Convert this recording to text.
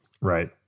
Right